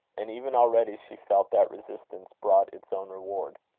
and even already she felt that resistance brought its own reward.